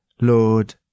Lord